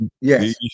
Yes